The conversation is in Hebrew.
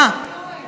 אם צריך,